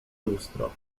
lustro